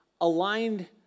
aligned